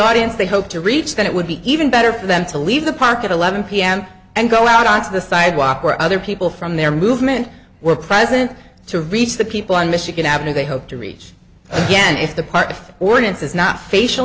audience they hope to reach then it would be even better for them to leave the park at eleven pm and go out onto the sidewalk where other people from their movement were present to reach the people on michigan avenue they hope to reach again if the park ordinance is not facial